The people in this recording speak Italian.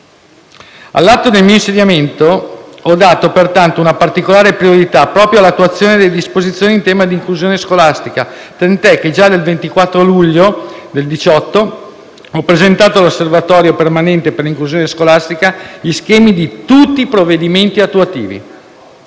All'atto del mio insediamento, ho dato pertanto una particolare priorità proprio all'attuazione delle disposizioni in tema di inclusione scolastica, tant'è che, già il 24 luglio 2018, ho presentato all'Osservatorio permanente per l'inclusione scolastica gli schemi di tutti i provvedimenti attuativi.